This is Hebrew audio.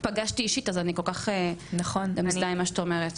פגשתי אישית אז אני כל כך מזדהה עם מה שאת אומרת.